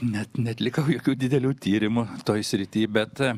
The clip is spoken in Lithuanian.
net neatlikau jokių didelių tyrimų toj srityj bet